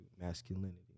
masculinity